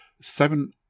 seven